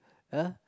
!huh!